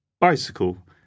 bicycle